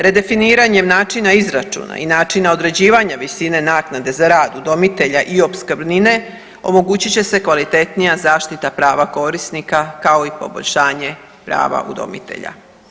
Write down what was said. Redefiniranjem načina izračuna i načina određivanja visine naknade za rad udomitelja i opskrbnine omogućit će se kvalitetnija zaštita prava korisnika kao i poboljšanje prava udomitelja.